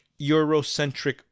Eurocentric